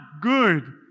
good